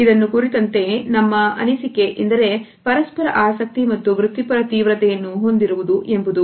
ಇದನ್ನು ಕುರಿತಂತೆ ನಮ್ಮ ಅನಿಸಿಕೆ ಎಂದರೆ ಪರಸ್ಪರ ಆಸಕ್ತಿ ಮತ್ತು ವೃತ್ತಿಪರ ತೀವ್ರತೆಯನ್ನು ಹೊಂದಿರುವುದು ಎಂಬುದು